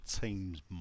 teams